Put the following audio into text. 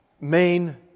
main